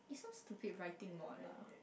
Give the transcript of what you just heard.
some stupid writing lah